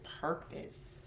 purpose